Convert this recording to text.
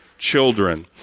children